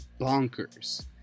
bonkers